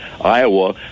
Iowa